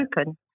open